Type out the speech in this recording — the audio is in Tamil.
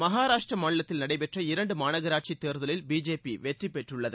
மகாராஷ்டிரா மாநிலத்தில் நடைபெற்ற இரண்டு மாநகராட்சி தேர்தலில் பிஜேபி வெற்றி பெற்றுள்ளது